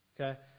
okay